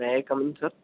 may I come in sir